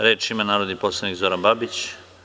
Reč ima narodni poslanik Zoran Babić.